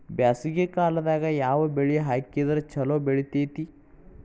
ಬ್ಯಾಸಗಿ ಕಾಲದಾಗ ಯಾವ ಬೆಳಿ ಹಾಕಿದ್ರ ಛಲೋ ಬೆಳಿತೇತಿ?